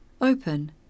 open